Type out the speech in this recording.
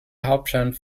hauptstadt